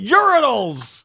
urinals